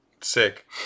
Sick